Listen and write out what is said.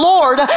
Lord